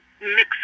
mix